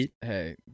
hey